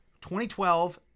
2012